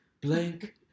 blank